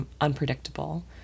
unpredictable